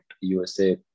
usa